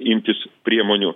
imtis priemonių